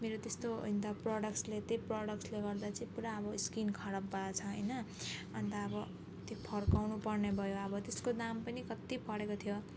मेरो त्यस्तो अन्त प्रडक्ट्सले त्यही प्रडक्ट्सले गर्दा चाहिँ पुरा अब स्किन खराब भएको छ होइन अन्त अब त्यो फर्काउनुपर्ने भयो अब त्यसको दाम पनि कत्ति परेको थियो